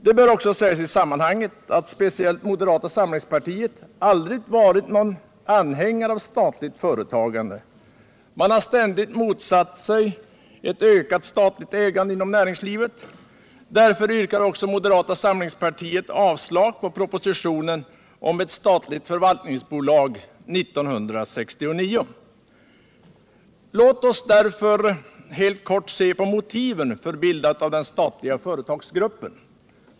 Det bör också sägas i sammanhanget att speciellt moderata samlingspartiet aldrig har varit någon anhängare av statligt företagande. Man har ständigt motsatt sig ett ökat statligt ägande inom näringslivet. Därför yrkade också moderata samlingspartiet avslag på propositionen om ett statligt förvaltningsbolag 1969. Låt oss därför helt kort se på motiven för bildandet av den statliga företagsgruppen.